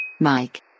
Mike